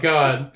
God